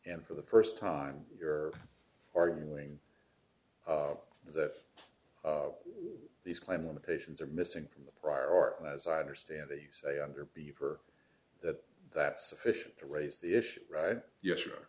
and for the first time you're arguing as if all these claim limitations are missing from the prior art as i understand it you say under beaver that that sufficient to raise the issue right yes